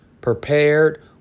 prepared